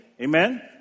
Amen